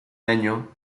año